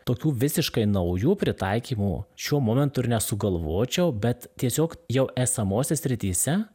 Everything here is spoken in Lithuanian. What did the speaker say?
tokių visiškai naujų pritaikymų šiuo momentu ir nesugalvočiau bet tiesiog jau esamose srityse